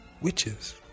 witches